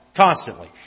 Constantly